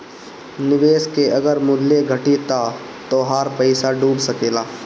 निवेश के अगर मूल्य घटी त तोहार पईसा डूब सकेला